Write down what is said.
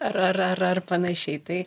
ar ar ar panašiai tai